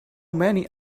many